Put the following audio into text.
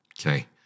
okay